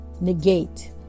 negate